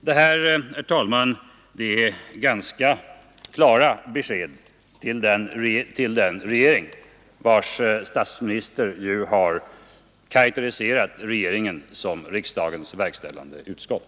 Det här är, herr talman, ganska klara besked till den regering vars statsminister ju har beskrivit regeringen som riksdagens verkställande utskott.